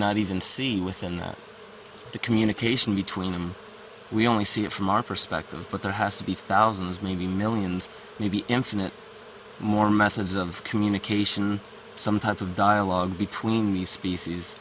not even see with enough the communication between them we only see it from our perspective but there has to be thousands maybe millions maybe infinitely more methods of communication some type of dialogue between the species